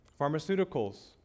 Pharmaceuticals